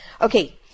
Okay